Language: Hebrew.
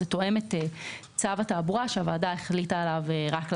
זה תואם את צו התעבורה שהוועדה החליטה עליו רק לאחרונה.